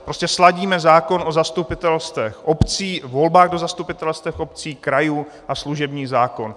Prostě sladíme zákon o zastupitelstvech obcí, volbách do zastupitelstev obcí, krajů a služební zákon.